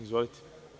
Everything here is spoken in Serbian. Izvolite.